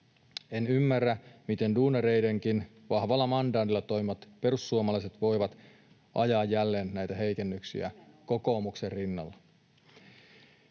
En ymmärrä, miten duunareidenkin vahvalla mandaatilla toimivat perussuomalaiset voivat ajaa jälleen näitä heikennyksiä [Aino-Kaisa